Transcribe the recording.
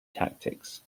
tactics